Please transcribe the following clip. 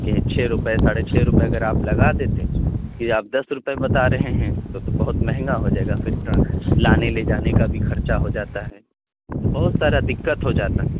کہ چھ روپے ساڑھے چھ روپئے اگر آپ لگا دیتے ہیں کہ آپ دس روپے بتا رہے ہیں تو بہت مہنگا ہو جائے گا پھر لانے لے جانے کا بھی خرچہ ہو جاتا ہے تو بہت سارا دقت ہو جاتا ہے